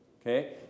okay